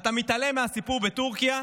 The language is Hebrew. אתה מתעלם מהסיפור בטורקיה,